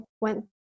went